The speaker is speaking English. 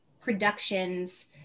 productions